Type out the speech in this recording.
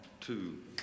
two